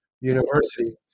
University